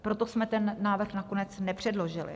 Proto jsme ten návrh nakonec nepředložili.